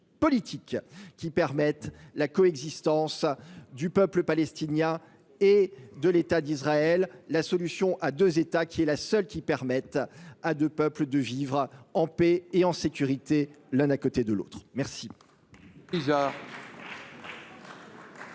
à permettre la coexistence du peuple palestinien et de l’État d’Israël. Cette solution à deux États est la seule qui permette à ces deux peuples de vivre en paix et en sécurité, l’un à côté de l’autre. La